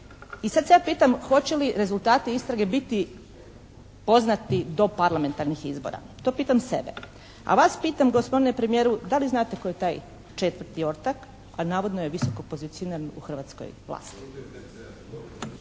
I sad se ja pitam hoće li rezultati istrage biti poznati do parlamentarnih izbora. To pitam sebe. A vas pitam gospodine premijeru da li znate tko je taj 4. ortak, a navodno je visokopozicioniran u hrvatskoj vlasti.